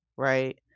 Right